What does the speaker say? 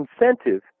incentive